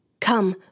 Come